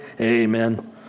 amen